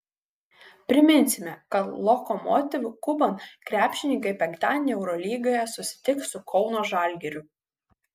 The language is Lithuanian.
priminsime kad lokomotiv kuban krepšininkai penktadienį eurolygoje susitiks su kauno žalgiriu